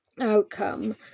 outcome